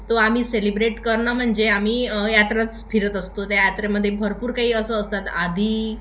तो आम्ही सेलिब्रेट करणं म्हणजे आम्ही यात्राच फिरत असतो त्या यात्रामध्ये भरपूर काही असं असतात आधी